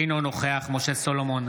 אינו נוכח משה סולומון,